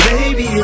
Baby